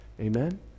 Amen